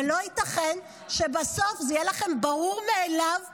אבל לא ייתכן שבסוף זה יהיה לכם ברור מאליו שהינה,